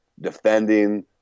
defending